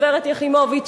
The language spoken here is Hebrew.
גברת יחימוביץ,